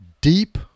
Deep